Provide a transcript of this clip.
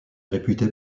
réputé